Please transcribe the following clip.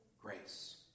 grace